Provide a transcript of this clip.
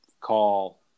call